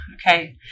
Okay